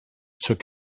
took